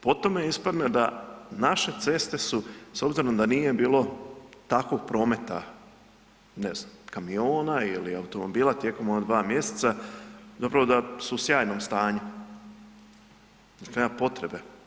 Po tome ispadne da naše ceste su, s obzirom da nije bilo tako prometa, ne znam, kamiona ili automobila tijekom ova dva mjeseca, zapravo da su u sjajnom stanju, da nema potrebe.